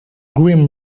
grim